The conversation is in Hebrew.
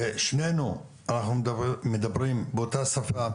ושנינו מדברים באותה שפה,